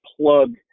plug